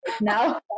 now